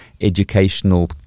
educational